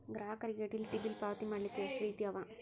ಗ್ರಾಹಕರಿಗೆ utility bill ಪಾವತಿ ಮಾಡ್ಲಿಕ್ಕೆ ಎಷ್ಟ ರೇತಿ ಅವ?